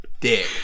dick